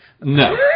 No